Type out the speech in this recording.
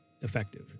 effective